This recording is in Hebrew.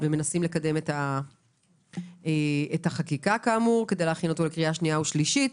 ומנסים לקדם את החקיקה כדי להכין אותו לקריאה שנייה ושלישית.